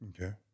Okay